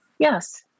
yes